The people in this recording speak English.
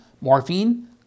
morphine